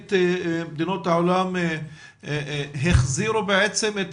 שמרבית מדינות העולם החזירו בעצם את